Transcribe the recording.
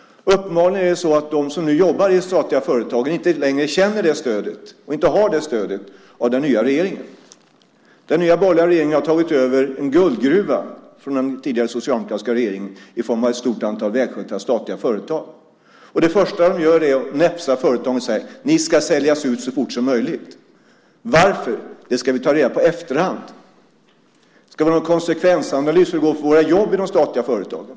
Uppenbarligen är det så att de som nu jobbar i de statliga företagen inte längre känner detta stöd, och inte har detta stöd hos den nya regeringen. Den nya borgerliga regeringen har tagit över en guldgruva från den tidigare socialdemokratiska regeringen i form av ett stort antal välskötta statliga företag. Och det första som man gör är att näpsa företagen och säga: Ni ska säljas ut så fort som möjligt. Varför? Det ska vi ta reda på i efterhand. Ska man ha en konsekvensanalys av hur det går för våra jobb i de statliga företagen?